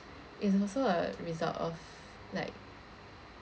it's also a result of like